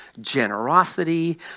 generosity